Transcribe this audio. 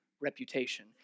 reputation